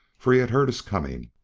for he had heard us coming.